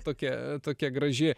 tokia tokia graži